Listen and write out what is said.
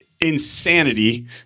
insanity